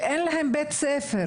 שאין להם בית ספר.